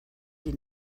die